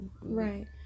Right